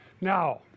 Now